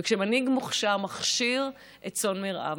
וכשמנהיג מוכשר מכשיר את צאן מרעיו,